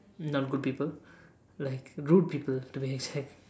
not good people like rude people to be exact